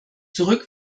zurück